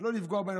לא לפגוע בהם.